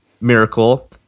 Miracle